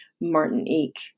Martinique